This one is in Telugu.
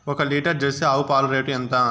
ఒక లీటర్ జెర్సీ ఆవు పాలు రేటు ఎంత?